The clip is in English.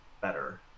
better